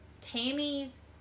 Tammy's